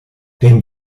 dem